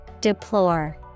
Deplore